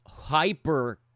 hyper